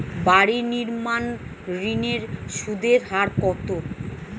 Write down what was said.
বাড়ি নির্মাণ ঋণের সুদের হার কত?